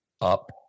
up